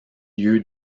lieu